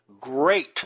great